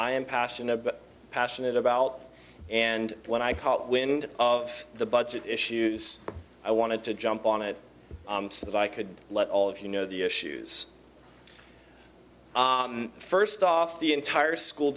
but passionate about and when i caught wind of the budget issues i wanted to jump on it so that i could let all of you know the issues first off the entire school